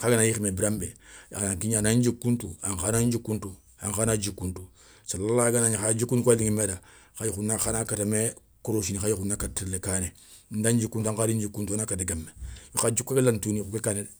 khagana yékhi mé biranbé, aranta gnana ana ndjikou ntou, ankhana djikou ntou, séli ganagni ha djikouni kou ga liŋa mé da. Khana kata mé korossini kha yokhou na kata télé kané, nda ndjikou ntou an khadi ndjikou ntou wona kata guémé. Kha djikou ké lanta touwini yokhou ké kané dé.